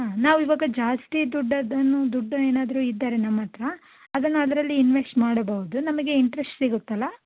ಹಾಂ ನಾವು ಇವಾಗ ಜಾಸ್ತಿ ದುಡ್ಡು ಅದನ್ನು ದುಡ್ಡು ಏನಾದ್ರೂ ಇದ್ದರೆ ನಮತ್ತಿರ ಅದನ್ನ ಅದರಲ್ಲಿ ಇನ್ವೆಸ್ಟ್ ಮಾಡಬಹುದು ನಮಗೆ ಇಂಟ್ರಸ್ಟ್ ಸಿಗುತ್ತಲ್ಲಾ